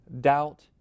doubt